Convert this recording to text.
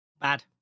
Bad